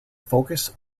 focus